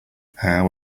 how